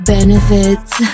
Benefits